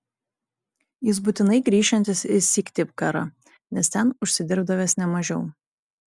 jis būtinai grįšiantis į syktyvkarą nes ten užsidirbdavęs ne mažiau